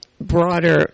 broader